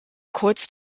kurz